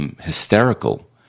hysterical